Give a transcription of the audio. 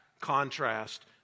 contrast